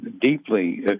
deeply